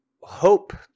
hope